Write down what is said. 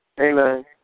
Amen